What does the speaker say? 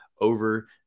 over